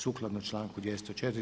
Sukladno članku 204.